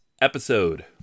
episode